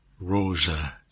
Rosa